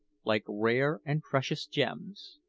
like rare and precious gems.